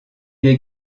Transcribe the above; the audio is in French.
les